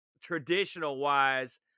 traditional-wise